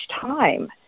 time